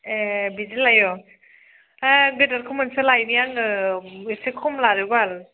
ए बिदि लायो हा गिदिरखौ मोनसे लायनि आङो एसे खम लादो बाल